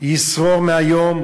ישרור מהיום,